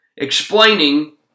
explaining